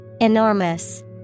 Enormous